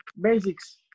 basics